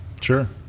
Sure